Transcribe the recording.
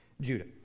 Judah